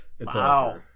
wow